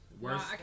Worst